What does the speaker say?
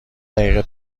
دقیقه